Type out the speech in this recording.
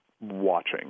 watching